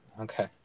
Okay